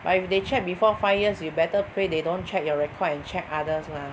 but if they checked before five years you better pray they don't check your records and check others lah